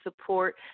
support